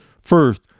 First